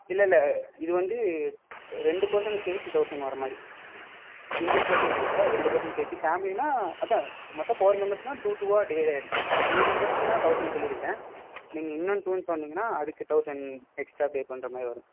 இல்லை இல்லை இது வந்து ரெண்டு பெர்சனுக்கு சேர்த்தி தௌசண்ட் வர மாதிரி சிங்கிள் பெர்சனுக்கு இல்லை ரெண்டு பெர்சனுக்கு சேர்த்தி ஃபேமிலினால் அதுதான் மொத்தம் ஃபோர் மெம்பெர்ஸ்னால் டூ டூவாக டிவைட் ஆகிடும் ஒரு டூ மெம்பெர்ஸ்க்கு தான் தௌசண்ட் சொல்லியிருக்கேன் நீங்கள் இன்னும் டூனு சொன்னிங்கனால் அதுக்கு தௌசண்ட் எக்ஸ்ட்ரா பே பண்ணுற மாதிரி வரும்